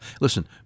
Listen